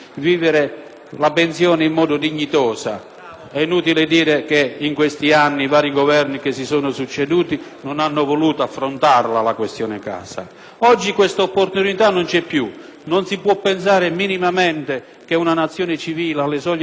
È inutile dire che in questi anni i vari Governi che si sono succeduti non hanno voluto affrontare la questione della casa. Oggi questa opportunità non c'è più. Non si può minimamente pensare che una Nazione civile, alle soglie delle terzo